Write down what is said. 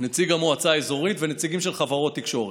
נציג המועצה האזורית ונציגים של חברות תקשורת.